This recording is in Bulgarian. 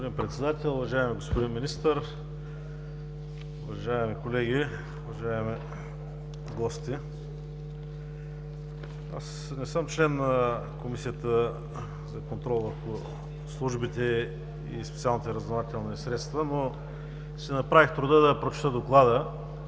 Уважаеми господин Председател, уважаеми господин Министър, уважаеми колеги, уважаеми гости! Аз не съм член на Комисията за контрол върху службите и специалните разузнавателни средства, но си направих труда да прочета Доклада.